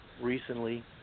recently